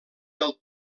del